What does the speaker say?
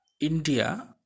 India